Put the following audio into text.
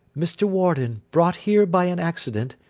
mr. warden, brought here by an accident,